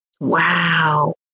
Wow